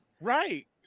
Right